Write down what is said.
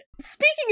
speaking